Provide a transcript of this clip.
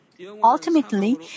Ultimately